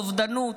אובדנות.